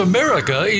America